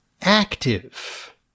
active